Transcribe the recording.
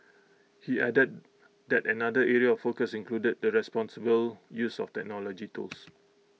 he added that another area of focus includes the responsible use of technology tools